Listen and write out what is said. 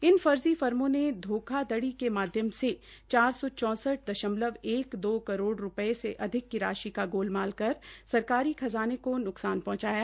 इन र्जी र्मो ने धोखाधड़ी के माध्यम से चार सौ चौंसठ करोड़ रूपये से अधिक की राशि का गोलमाल कर सरकारी खज़ाने को नुकसान प्रहंचाया